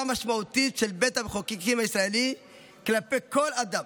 משמעותית של בית המחוקקים הישראלי כלפי כל אדם